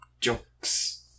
jokes